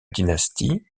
dynastie